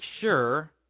sure